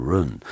Run